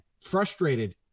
frustrated